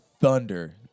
Thunder